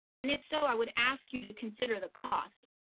and if so, i would ask you to consider the cost.